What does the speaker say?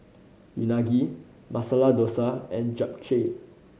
Unagi Masala Dosa and Japchae